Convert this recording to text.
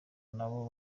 nabo